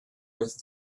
with